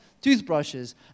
toothbrushes